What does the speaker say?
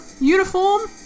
uniform